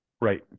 Right